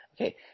okay